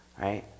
right